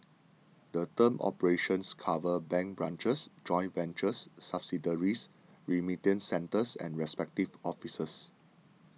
the term operations covers bank branches joint ventures subsidiaries remittance centres and representative offices